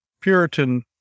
Puritan